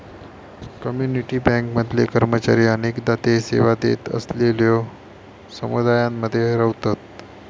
community bank मधले कर्मचारी अनेकदा ते सेवा देत असलेलल्यो समुदायांमध्ये रव्हतत